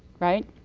right?